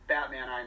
Batman